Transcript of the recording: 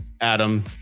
Adam